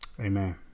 Amen